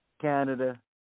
Canada